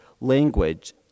language